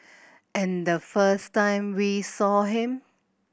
and the first time we saw him